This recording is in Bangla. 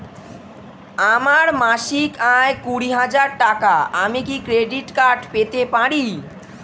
আমার মাসিক আয় কুড়ি হাজার টাকা আমি কি ক্রেডিট কার্ড পেতে পারি?